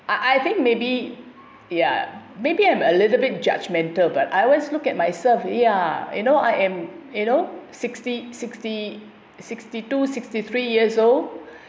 I I think maybe ya maybe I'm a little bit judgmental but I was look at myself ya you know I am you know sixty sixty sixty two sixty three years old